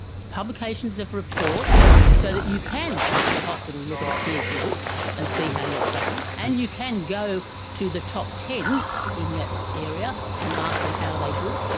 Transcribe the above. publications of reports so that you can as a hospital look at a peer group and see how you're travelling, and you can go to the top ten in your area and ask them how do they do it.